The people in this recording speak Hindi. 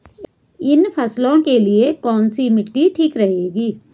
इन फसलों के लिए कैसी मिट्टी ठीक रहेगी?